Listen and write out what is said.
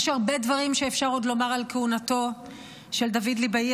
יש הרבה דברים שאפשר עוד לומר על כהונתו של דוד ליבאי,